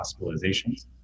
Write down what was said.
hospitalizations